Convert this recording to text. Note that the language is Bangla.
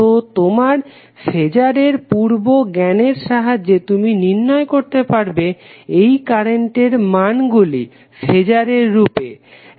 তো তোমার ফেজারের পূর্ব জ্ঞান এর সাহায্যে তুমি নির্ণয় করতে পারবে এই কারেন্টের মান গুলি ফেজারের রূপেও